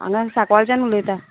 हांगा सांकवाळच्यान उलयता